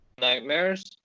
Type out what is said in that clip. Nightmares